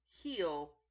heal